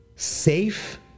Safe